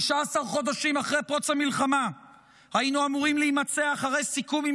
15 חודשים אחרי פרוץ המלחמה היינו אמורים להימצא אחרי סיכום עם